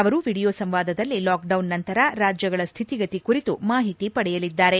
ಅವರು ಎಡಿಯೊ ಸಂವಾದದಲ್ಲಿ ಲಾಕ್ ಡೌನ್ ನಂತರ ರಾಜ್ಗಳ ಸ್ಲಿತಿಗತಿ ಕುರಿತು ಮಾಹಿತಿ ಪಡೆಯಲಿದ್ದಾರೆ